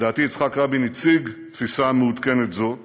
לדעתי, יצחק רבין הציג תפיסה מעודכנת זו,